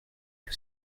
que